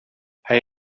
hij